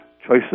choices